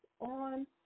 on